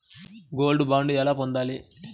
Gold bond ఎలా పొందాలి?